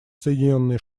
соединенные